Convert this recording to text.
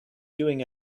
doing